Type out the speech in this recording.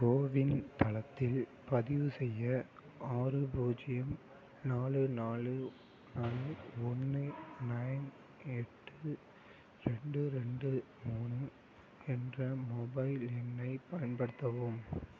CoWIN தளத்தில் பதிவு செய்ய ஆறு பூஜ்ஜியம் நாலு நாலு நாலு ஒன்று நைன் எட்டு ரெண்டு ரெண்டு மூணு என்ற மொபைல் எண்ணைப் பயன்படுத்தவும்